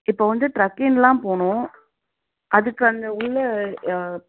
இப்போது வந்து ட்ரெக்கிங்லாம் போகணும் அதுக்கு அந்த உள்ள யா